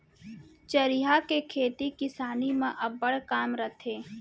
चरिहा के खेती किसानी म अब्बड़ काम रथे